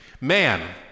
man